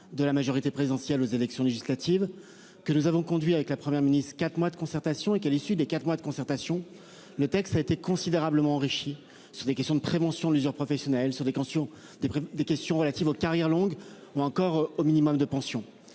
de la majorité présidentielle aux élections législatives, que nous avons conduit avec la Première ministre. Quatre mois de concertation et qu'à l'issue des 4 mois de concertation. Le texte a été considérablement enrichi sur des questions de prévention de l'usure professionnelle sur des questions des prix des questions relatives aux carrières longues ou encore au minimum de pension.